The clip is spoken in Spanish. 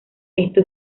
esto